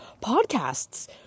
podcasts